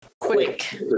quick